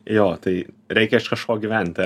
jo tai reikia iš kažko gyventi